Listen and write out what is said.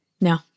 No